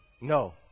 No